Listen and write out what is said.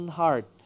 heart